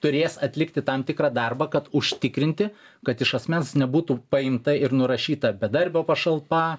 turės atlikti tam tikrą darbą kad užtikrinti kad iš asmens nebūtų paimta ir nurašyta bedarbio pašalpa